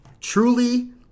Truly